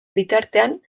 bitartean